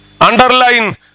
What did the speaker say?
Underline